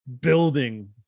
building